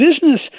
business